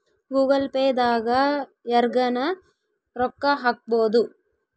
Google pay ದಾಗ ಯರ್ಗನ ರೊಕ್ಕ ಹಕ್ಬೊದು